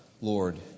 Lord